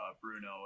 Bruno